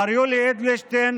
מר יולי אדלשטיין